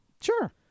Sure